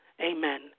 Amen